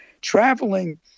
traveling